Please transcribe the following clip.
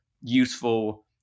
useful